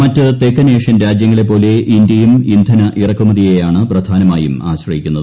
മറ്റ് തെക്കൻ ഏഷ്യൻ രാജ്യങ്ങളെപ്പോലെ ഇന്ത്യയും ഇന്ധന ഇറക്കൂമ്ത്രിയെയാണ് പ്രധാനമായും ആശ്രയിക്കുന്നത്